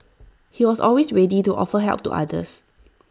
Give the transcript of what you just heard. he was always ready to offer help to others